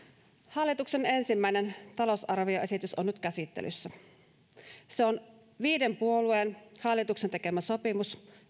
hallituksen ensimmäinen talousarvioesitys on nyt käsittelyssä se on viiden puolueen hallituksen tekemä sopimus